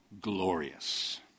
glorious